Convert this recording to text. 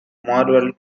marvel